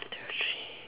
two three